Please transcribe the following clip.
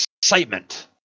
excitement